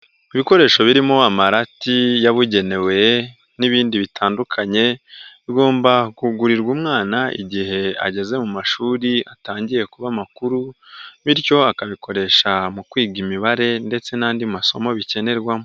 Ibikoresho birimo amarati yabugenewe n'ibindi bitandukanye, bigomba kugurirwa umwana igihe ageze mu mashuri atangiye kuba makuru, bityo akabikoresha mu kwiga imibare ndetse n'andi masomo bikenerwamo.